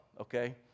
Okay